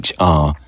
HR